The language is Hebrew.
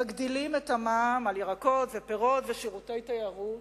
מגדילים את המע"מ על ירקות ופירות ועל שירותי תיירות,